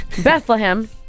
Bethlehem